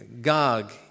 Gog